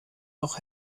noch